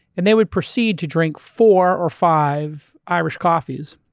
and they would proceed to drink four or five irish coffees,